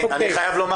אני חייב לומר